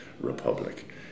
republic